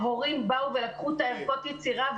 והורים באו ולקחו את ערכות היצירה,